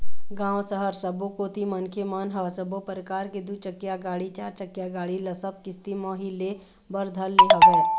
गाँव, सहर सबो कोती मनखे मन ह सब्बो परकार के दू चकिया गाड़ी, चारचकिया गाड़ी ल सब किस्ती म ही ले बर धर ले हवय